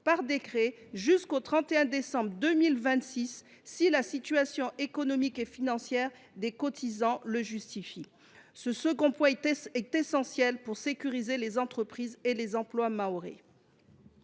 par décret jusqu’au 31 décembre 2026 si la situation économique et financière des cotisants le justifie. Ce second point est essentiel pour sécuriser les entreprises et les emplois mahorais.